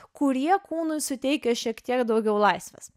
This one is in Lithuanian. kurie kūnui suteikia šiek tiek daugiau laisvės